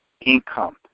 income